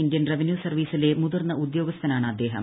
Indian revenue സർവ്വീസിലെ മുതിർന്ന ഉദ്യോഗസ്ഥനാണ് അദ്ദേഹം